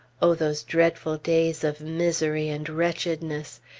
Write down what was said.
o those dreadful days of misery and wretchedness!